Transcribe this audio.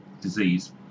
disease